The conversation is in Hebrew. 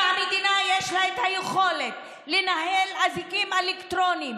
אם למדינה יש את היכולת לנהל אזיקים אלקטרוניים